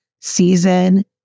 season